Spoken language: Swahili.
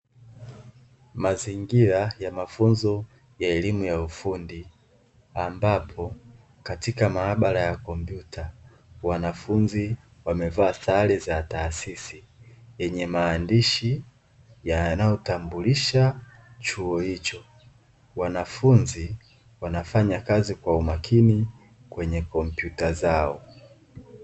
Mazingira ya mafunzo ya elimu ya ufundi ambapo katika maabara ya kompyuta wanafunzi wamevaa sare za taasisi zenye maandishi yanayotambulisha chuo hicho, wanafunzi wanafanya kazi kwa umakini kwenye kompyuta zao.